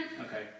okay